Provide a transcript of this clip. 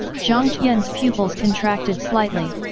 jiang tian's pupils contracted slightly.